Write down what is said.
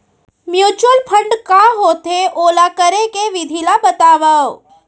mutual fund का होथे, ओला करे के विधि ला बतावव